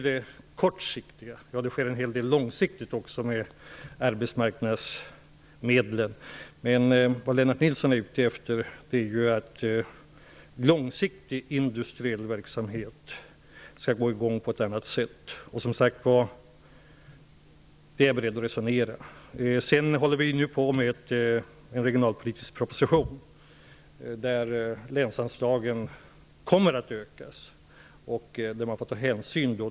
Det görs också en hel del långsiktiga insatser med hjälp av arbetsmarknadsmedlen, men vad Lennart Nilsson är ute efter är att det skall komma i gång en långsiktig industriell verksamhet, och det får vi, som sagt, resonera om. Jag kan också nämna att vi håller på att utarbeta en regionalpolitisk proposition, där det kommer att föreslås en ökning av länsanslagen.